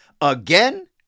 again